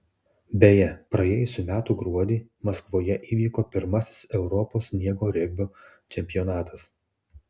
beje praėjusių metų gruodį maskvoje įvyko pirmasis europos sniego regbio čempionatas